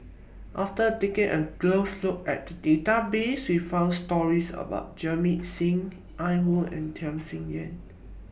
after taking A Look At The databases We found stories about Jamit Singh Ian Woo and Tham Sien Yen